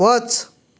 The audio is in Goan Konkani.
वच